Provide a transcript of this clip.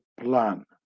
plan